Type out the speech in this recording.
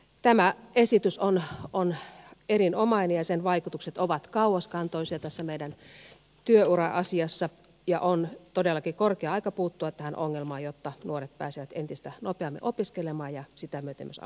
tämä esitys on erinomainen ja sen vaikutukset ovat kauaskantoisia tässä meidän työura asiassamme ja on todellakin korkea aika puuttua tähän ongelmaan jotta nuoret pääsevät entistä nopeammin opiskelemaan ja sitä myöten myös aloittamaan työelämän